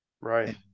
Right